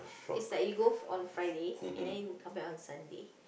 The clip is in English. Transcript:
is that you go on Friday and then you come back on Saturday